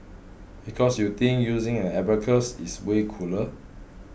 because you think using an abacus is way cooler